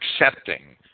accepting